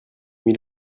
nuit